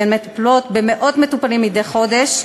והן מטפלות במאות מטופלים מדי חודש.